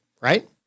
right